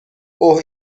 اوه